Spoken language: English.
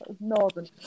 Northern